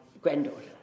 granddaughter